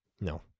No